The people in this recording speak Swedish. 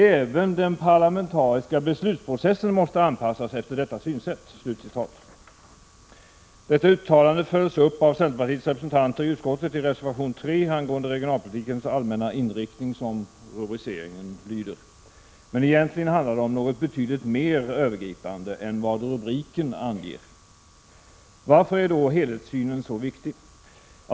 Även den parlamentariska beslutsprocessen måste anpassas efter detta synsätt.” Detta uttalande följs upp av centerpartiets representanter i utskottet i reservation 3 angående Regionalpolitikens allmänna inriktning, som rubrice ringen lyder. Men egentligen handlar det om något betydligt mer övergripan — Prot. 1986/87:128 de än vad rubriken anger. 21 maj 1987 Varför är då helhetssynen så viktig?